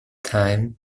time